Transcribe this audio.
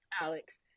Alex